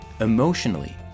emotionally